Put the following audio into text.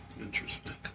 Interesting